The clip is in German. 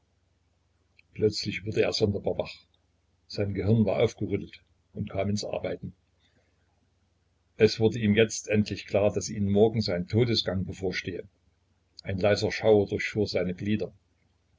plötzlich wurde er sonderbar wach sein gehirn war aufgerüttelt und kam ins arbeiten es wurde ihm jetzt endlich klar daß ihm morgen sein todesgang bevorstehe ein leiser schauer durchfuhr seine glieder